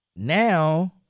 Now